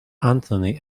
anthony